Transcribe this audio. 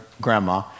grandma